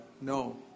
No